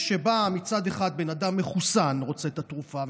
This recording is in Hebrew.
כשבא מצד אחד בן אדם מחוסן ורוצה את התרופה,